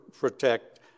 protect